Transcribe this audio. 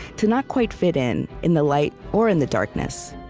to not quite fit in, in the light or in the darkness.